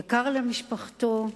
יקר למשפחתו,